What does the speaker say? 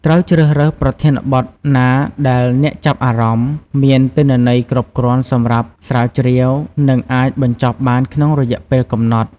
ត្រូវជ្រើសរើសប្រធានបទណាដែលអ្នកចាប់អារម្មណ៍ មានទិន្នន័យគ្រប់គ្រាន់សម្រាប់ស្រាវជ្រាវ និងអាចបញ្ចប់បានក្នុងរយៈពេលកំណត់។